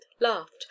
laughed